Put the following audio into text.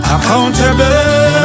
Accountable